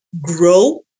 grow